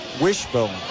wishbone